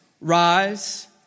rise